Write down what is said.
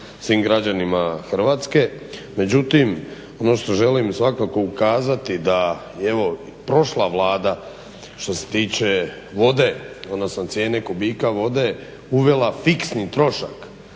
svim građanima Hrvatske. Međutim, ono što želim svakako ukazati da je prošla Vlada, što se tiče vode, odnosno cijene kubika vode uvela fiksni trošak,